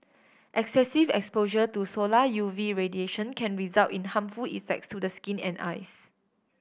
excessive exposure to solar U V radiation can result in harmful effects to the skin and eyes